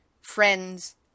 Friends